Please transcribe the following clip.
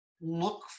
look